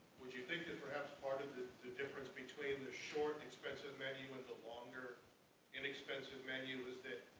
would you think that perhaps part of the, the difference between the shorter expensive menu and the longer inexpensive menu is that.